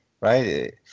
right